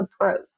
approach